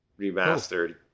remastered